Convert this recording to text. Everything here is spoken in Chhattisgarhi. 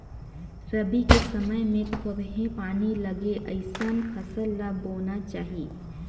रबी के समय मे थोरहें पानी लगे अइसन फसल ल बोना चाही